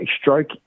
stroke